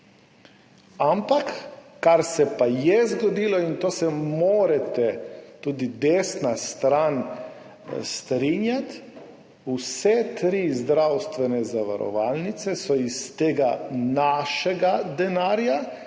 Ampak kar se pa je zgodilo, in s tem se morate, tudi desna stran, strinjati, vse tri zdravstvene zavarovalnice so iz tega našega denarja